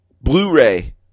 Blu-ray